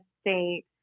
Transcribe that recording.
state